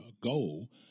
goal